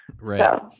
Right